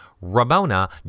Ramona